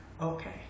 okay